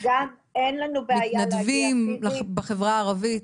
מתנדבים בחברה הערבית.